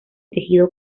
tejido